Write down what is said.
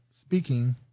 speaking